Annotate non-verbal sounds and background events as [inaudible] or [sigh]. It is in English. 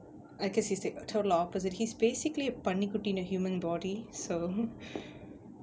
I guess he's the total opposite he's basically பன்னிக்குட்டி:pannikkutti in a human body so [laughs]